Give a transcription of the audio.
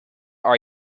are